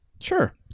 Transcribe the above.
Sure